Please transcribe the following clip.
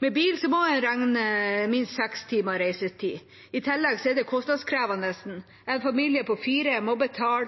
Med bil må en regne minst seks timer reisetid. I tillegg er det kostnadskrevende: En familie på fire må betale